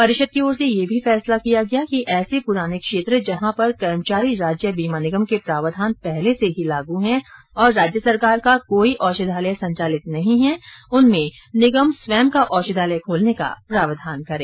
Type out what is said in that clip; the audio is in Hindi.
परिषद की ओर से यह भी फैसला किया गया कि ऐसे पुराने क्षेत्र जहां पर कर्मचारी राज्य बीमा निगम के प्रावधान पहले से ही लागू हैं और राज्य सरकार का कोई औषधालय संचालित नहीं है उनमें कर्मचारी राज्य बीमा निगम स्वयं का औषधालय खोलने का प्रावधान करें